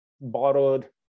borrowed